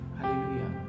Hallelujah